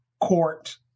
court